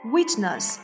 Witness